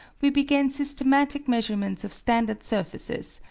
we began systematic measurements of standard surfaces,